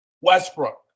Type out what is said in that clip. Westbrook